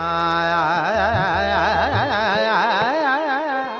i